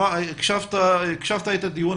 הקשבת לדיון.